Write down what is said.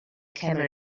camel